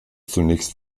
zunächst